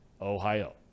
Ohio